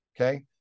okay